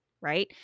right